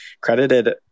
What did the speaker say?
credited